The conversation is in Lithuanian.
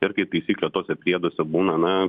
ir kaip taisyklė tuose prieduose būna na